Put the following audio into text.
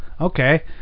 okay